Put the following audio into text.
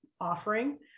offering